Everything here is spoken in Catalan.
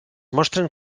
mostren